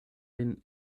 den